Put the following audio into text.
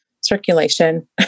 circulation